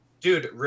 Dude